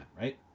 right